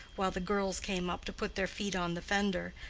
while the girls came up to put their feet on the fender,